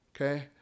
Okay